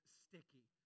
sticky